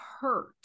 hurt